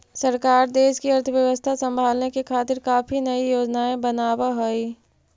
सरकार देश की अर्थव्यवस्था संभालने के खातिर काफी नयी योजनाएं बनाव हई